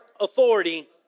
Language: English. Authority